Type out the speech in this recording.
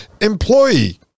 employee